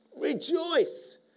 Rejoice